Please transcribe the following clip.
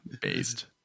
Based